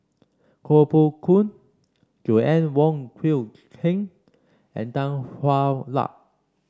Koh Poh Koon Joanna Wong Quee Heng and Tan Hwa Luck